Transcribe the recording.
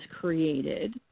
created